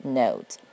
note